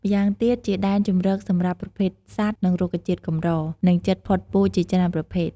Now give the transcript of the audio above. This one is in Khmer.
ម៉្យាងទៀតជាដែនជម្រកសម្រាប់ប្រភេទសត្វ និងរុក្ខជាតិកម្រ និងជិតផុតពូជជាច្រើនប្រភេទ។